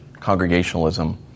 Congregationalism